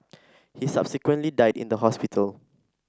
he subsequently died in the hospital